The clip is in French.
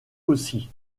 aussi